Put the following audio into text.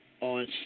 on